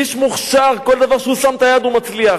איש מוכשר, כל דבר שהוא שם את היד, הוא מצליח.